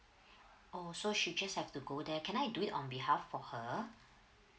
oh so she just have to go there can I do it on behalf for her